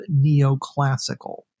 neoclassical